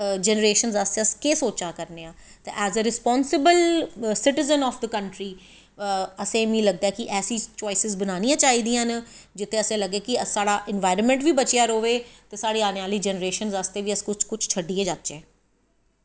generations आस्तै अस केह् सोचा करनें आं as the responsible citizen of the country असेंगी मीं लगदा ऐ कि ऐसी चवाईसिस बनानियां चाही दियां न जित्तें असें गी लग्गैं ते साढ़ा इंबाइरनमैंट बी बचेआ रवै ते साढ़ी आनें आह्ली जनरेशनस आस्ते बी अस कुश शड्डियै जान्नै